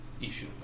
issue